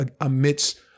amidst